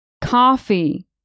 Coffee